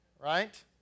right